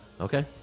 Okay